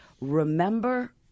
Remember